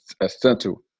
Essential